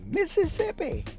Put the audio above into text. Mississippi